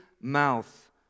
mouth